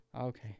Okay